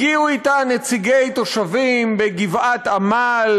הגיעו אתה נציגי תושבים בגבעת-עמל,